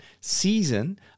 season